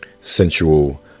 sensual